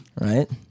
right